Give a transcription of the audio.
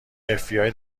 fbi